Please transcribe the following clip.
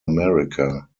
america